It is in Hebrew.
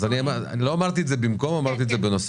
לא אמרתי את זה במקום, אמרתי את זה בנוסף.